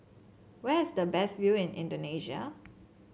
where is the best view in Indonesia